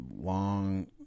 long